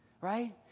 right